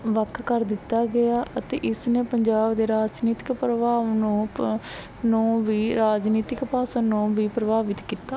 ਵੱਖ ਕਰ ਦਿੱਤਾ ਗਿਆ ਅਤੇ ਇਸ ਨੇ ਪੰਜਾਬ ਦੇ ਰਾਜਨੀਤਿਕ ਪ੍ਰਭਾਵ ਨੂੰ ਨੂੰ ਵੀ ਰਾਜਨੀਤਿਕ ਭਾਸ਼ਣ ਨੂੰ ਵੀ ਪ੍ਰਭਾਵਿਤ ਕੀਤਾ